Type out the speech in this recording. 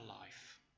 life